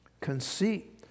Conceit